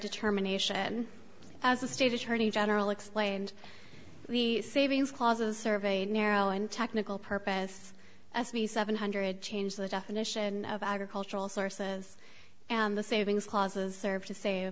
determination as the state attorney general explained savings clauses serve a narrow and technical purpose as the seven hundred changed the definition of agricultural sources and the savings clauses serve to sa